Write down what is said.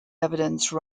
evidence